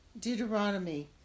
Deuteronomy